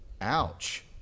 Ouch